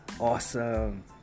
awesome